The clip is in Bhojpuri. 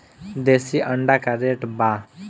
देशी अंडा का रेट बा?